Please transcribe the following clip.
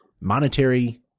monetary